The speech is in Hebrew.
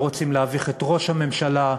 לא רוצים להביך את ראש הממשלה,